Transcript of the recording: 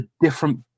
different